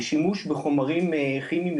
לשימוש בחומרים כימיים,